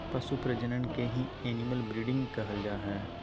पशु प्रजनन के ही एनिमल ब्रीडिंग कहल जा हय